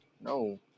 no